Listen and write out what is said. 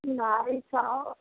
भाई साहब